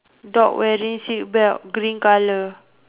dog wearing seat belt green colour